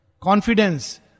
confidence